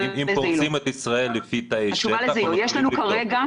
אם פורסים את ישראל לפי תאי שטח --- יש לנו כרגע